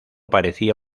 parecía